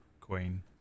queen